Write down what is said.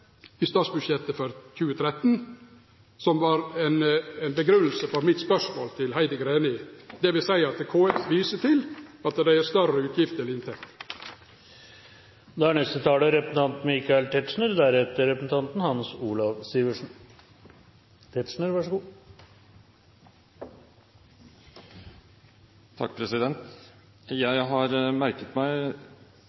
i statsbudsjettet for 2013. Det var grunngjevinga for spørsmålet mitt til Heidi Greni, dvs. at KS viser til at dei har større utgifter